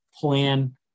plan